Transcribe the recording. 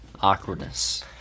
awkwardness